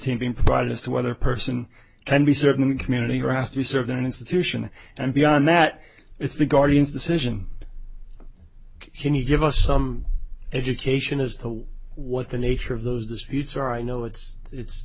being provided as to whether a person can be served in the community or has to be served in an institution and beyond that it's the guardian's decision can you give us some education as to what what the nature of those disputes are i know it's it's